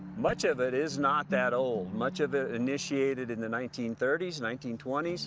much of it is not that old, much of it initiated in the nineteen thirty s, nineteen twenty s.